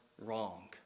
wrong